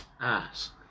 Ass